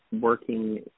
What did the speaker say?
working